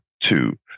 two